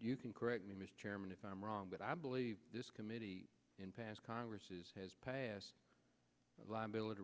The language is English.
you can correct me mr chairman if i'm wrong but i believe this committee in pass congress's has passed liability